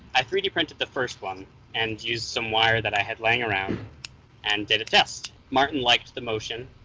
i three d printed the first one and used some wire that i had laying around and did a test. martin liked the motion